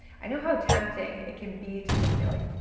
i know how tempting it can be to just be like,